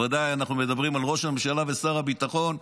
אנחנו מדברים על ראש הממשלה ועל שר הביטחון,